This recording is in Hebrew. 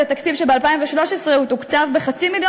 זה תקציב שב-2013 תוקצב בחצי מיליון